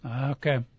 Okay